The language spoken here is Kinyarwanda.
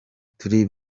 turi